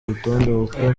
rutonde